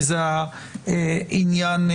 זאת הטענה שלי.